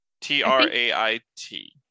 T-R-A-I-T